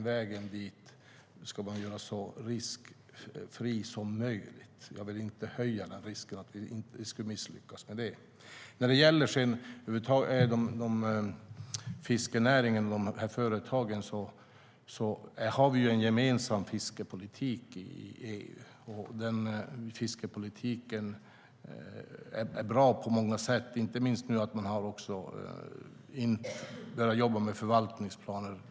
Vägen dit ska man göra så riskfri som möjligt. Jag vill inte höja risken för att vi skulle misslyckas med det. När det sedan gäller fiskenäringen och de här företagen har vi en gemensam fiskepolitik i EU. Den fiskepolitiken är bra på många sätt, inte minst genom att man har börjat jobba med förvaltningsplaner.